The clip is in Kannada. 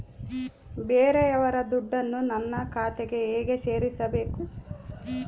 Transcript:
ಬೇರೆಯವರ ದುಡ್ಡನ್ನು ನನ್ನ ಖಾತೆಗೆ ಹೇಗೆ ಸೇರಿಸಬೇಕು?